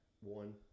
One